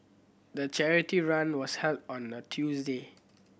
the charity run was held on a Tuesday